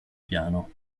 piano